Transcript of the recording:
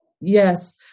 yes